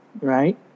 Right